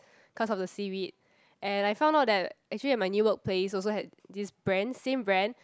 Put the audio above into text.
cause of the seaweed and I found out that actually at my new workplace also had this brand same brand